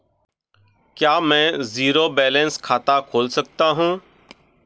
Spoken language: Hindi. क्या मैं ज़ीरो बैलेंस खाता खोल सकता हूँ?